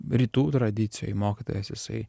rytų tradicijoj mokytojas jisai